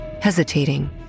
hesitating